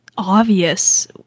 obvious